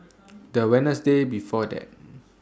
The Wednesday before that